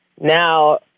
Now